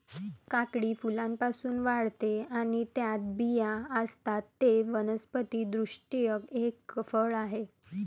काकडी फुलांपासून वाढते आणि त्यात बिया असतात, ते वनस्पति दृष्ट्या एक फळ आहे